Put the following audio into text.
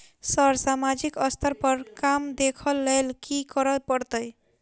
Sir सामाजिक स्तर पर बर काम देख लैलकी करऽ परतै?